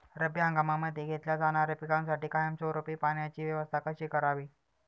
रब्बी हंगामामध्ये घेतल्या जाणाऱ्या पिकांसाठी कायमस्वरूपी पाण्याची व्यवस्था कशी करावी?